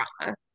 drama